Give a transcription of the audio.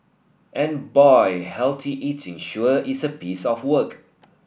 and boy healthy eating sure is a piece of work